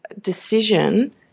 decision